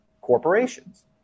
corporations